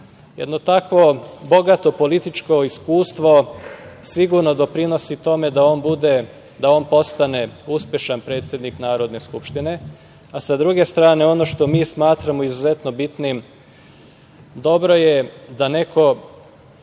Jedno takvo bogato političko iskustvo sigurno doprinosi tome da on postane uspešan predsednik Narodne skupštine. Sa druge strane ono što mi smatramo izuzetno bitnim, dobro je da bude